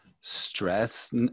stress